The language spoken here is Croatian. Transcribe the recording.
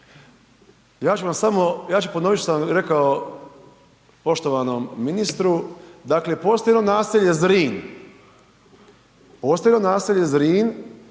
ja ću vam samo, ja ću ponovit što vam je rekao poštovanom ministru, dakle postoji jedno naselje Zrin,